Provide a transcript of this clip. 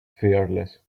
fearless